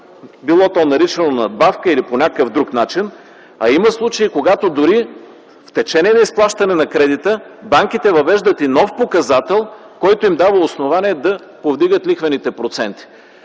било то наричано надбавка или по някакъв друг начин. Има случаи, когато дори в течение на изплащане на кредита банките въвеждат и нов показател, което им дава основание да повдигат лихвените проценти.